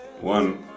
One